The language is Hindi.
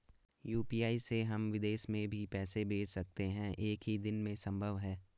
यु.पी.आई से हम विदेश में भी पैसे भेज सकते हैं एक ही दिन में संभव है?